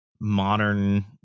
modern